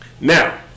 Now